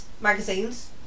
magazines